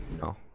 No